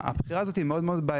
הבחירה הזו היא מאוד בעייתית,